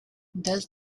does